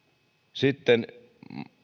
sitten